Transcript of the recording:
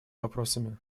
вопросами